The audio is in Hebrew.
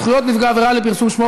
איסור פרסום),